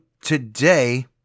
today